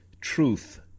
truth